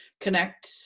connect